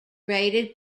rated